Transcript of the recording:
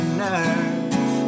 nerve